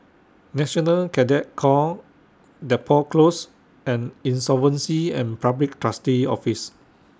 National Cadet Corps Depot Close and Insolvency and Public Trustee's Office